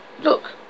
Look